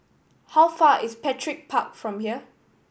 how far is Petir Park from here